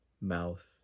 mouth